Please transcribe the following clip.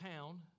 town